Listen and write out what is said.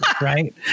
right